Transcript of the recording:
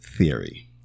theory